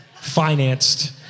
financed